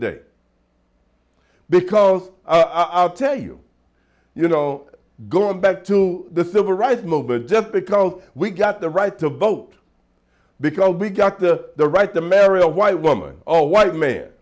today because i'll tell you you know going back to the civil rights movement just because we got the right to vote because we got the right to marry a white woman oh white ma